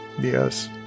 Yes